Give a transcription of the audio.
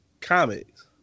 comics